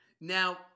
Now